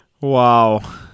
Wow